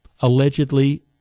allegedly